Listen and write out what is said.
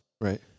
Right